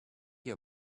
your